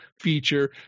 feature